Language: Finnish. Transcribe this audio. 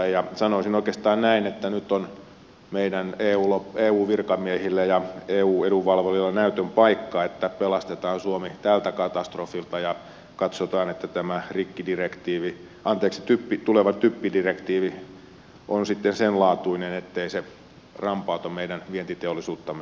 sanoisin oikeastaan näin että nyt on meidän eu virkamiehillä ja eu edunvalvojilla näytön paikka että pelastetaan suomi tältä katastrofilta ja katsotaan että tämä tuleva typpidirektiivi on sitten senlaatuinen ettei se rampauta meidän vientiteollisuuttamme sen enempää